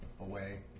away